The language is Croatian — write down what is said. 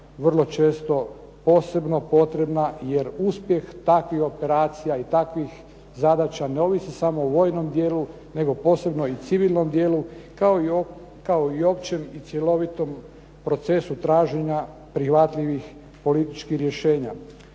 vrlo često posebno potrebna, jer uspjeh takvih operacija i takvih zadaća ne ovisi samo o vojnom dijelu, nego posebno i civilnom dijelu kao i općem i cjelovitom procesu traženja prihvatljivih političkih rješenja.